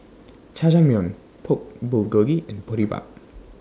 Jajangmyeon Pork Bulgogi and Boribap